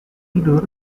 tidur